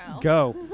Go